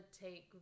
take